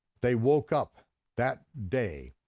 they woke up that day,